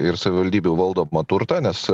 ir savivaldybių valdomą turtą nes